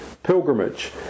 Pilgrimage